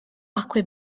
acque